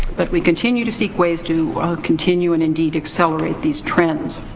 but we continue to seek ways to continue and, indeed, accelerate these trends.